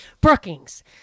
Brookings